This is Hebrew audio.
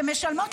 שמשלמים,